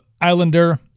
Islander